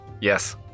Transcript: Yes